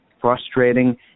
frustrating